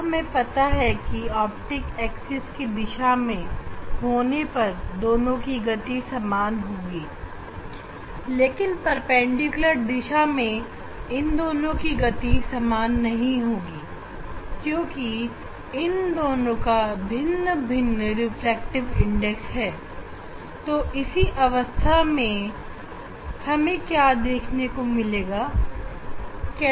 और हमें पता है कि ऑप्टिक एक्सिस की दिशा में होने पर दोनों की गति समान होगी लेकिन परपेंडिकुलर दिशा में इन दोनों की गति समान नहीं होगी क्योंकि इन दोनों का भिन्न भिन्न रिफ्रैक्टिव इंडेक्स है तो ऐसी अवस्था में हमें क्या देखने को मिलेगा